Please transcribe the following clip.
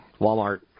Walmart